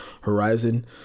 horizon